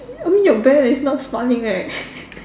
I mean your bear is not smiling right